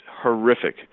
horrific